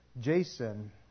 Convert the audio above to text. Jason